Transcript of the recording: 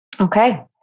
Okay